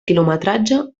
quilometratge